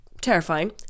terrifying